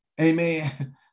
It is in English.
amen